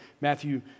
Matthew